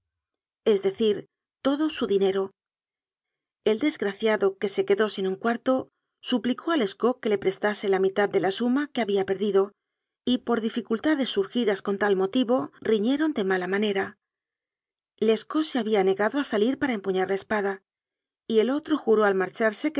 es decir todo su dinero el desgraciado que se quedó sin un cuar to suplicó a lescaut que le prestase la mitad de la suma que había perdido y por dificultades sur gidas con tal motivo riñeron de mala manera lescaut se había negado a salir para empuñar la espada y el otro juró al marcharse